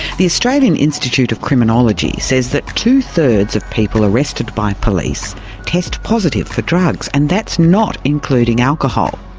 the australian institute of criminology says that two-thirds of people arrested by police test positive for drugs, and that's not including alcohol.